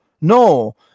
No